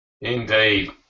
Indeed